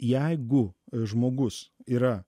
jeigu žmogus yra